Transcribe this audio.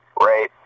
right